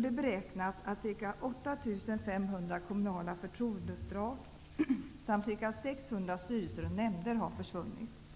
Det beräknas att ca 8 500 kommunala förtroendeuppdrag samt ca 600 styrelser och nämnder har försvunnit.